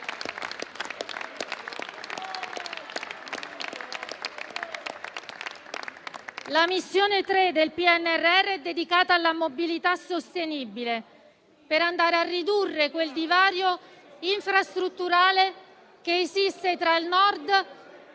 La missione 3 del PNRR è dedicata alla mobilità sostenibile, per ridurre quel divario infrastrutturale che esiste tra il Nord e il Sud